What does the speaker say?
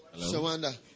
Shawanda